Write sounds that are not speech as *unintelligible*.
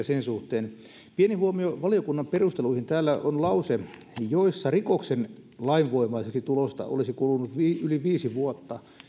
*unintelligible* sen suhteen pieni huomio valiokunnan perusteluihin täällä on lause joissa rikoksen lainvoimaiseksi tulosta olisi kulunut yli viisi vuotta